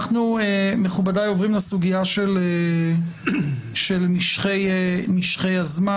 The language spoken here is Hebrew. מכובדיי, אנחנו עוברים לסוגיה של משכי הזמן.